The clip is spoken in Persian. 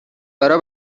برا